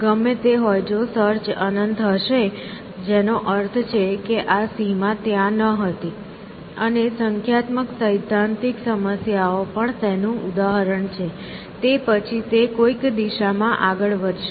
ગમે તે હોય જો સર્ચ અનંત હશે જેનો અર્થ છે આ સીમા ત્યાં ન હતી અને સંખ્યાત્મક સૈદ્ધાંતિક સમસ્યાઓ પણ તેનું ઉદાહરણ છે તે પછી તે કોઈક દિશામાં આગળ વધશે